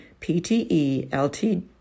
PTE-LTD